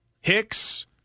Hicks